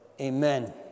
amen